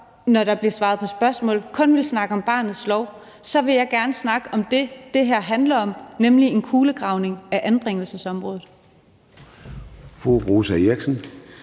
når der blev svaret på spørgsmål, kun ville snakke om barnets lov, så vil jeg gerne snakke om det, som det her handler om, nemlig en kulegravning af anbringelsesområdet. Kl. 23:04 Formanden